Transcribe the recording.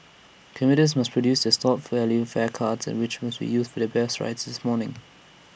commuters must produce their stored value fare cards and which was used for their bus rides this morning